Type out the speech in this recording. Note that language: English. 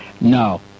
No